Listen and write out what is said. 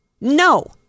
No